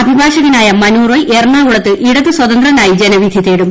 അഭിഭാഷകനായ മന്നു റോ്യി എറണാകുളത്ത് ഇടത് സ്വതന്ത്രനായി ജനവിധി തേടും